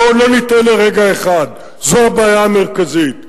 בואו לא נטעה לרגע אחד, זו הבעיה המרכזית.